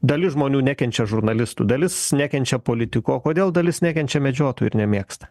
dalis žmonių nekenčia žurnalistų dalis nekenčia politikų o kodėl dalis nekenčia medžiotojų ir nemėgsta